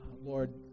Lord